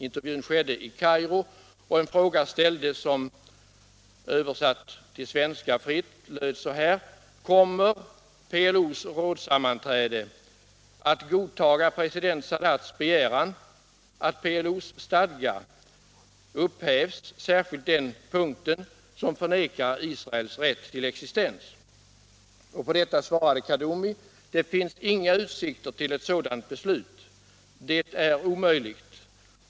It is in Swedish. Intervjun skedde i Kairo, och en fråga ställdes som fritt översatt till svenska löd: Kommer PLO:s rådssammanträde att godtaga president Sadats begäran att PLO:s stadgar — särskilt det avsnitt som förnekar Israels rätt att existera — upphävs? På detta svarade Kaddomi: ”Det finns inga utsikter till ett sådant beslut. Det är omöjligt!